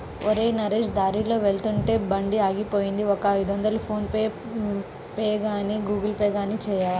ఒరేయ్ నరేష్ దారిలో వెళ్తుంటే బండి ఆగిపోయింది ఒక ఐదొందలు ఫోన్ పేగానీ గూగుల్ పే గానీ చేయవా